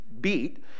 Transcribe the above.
beat